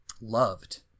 loved